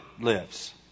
lives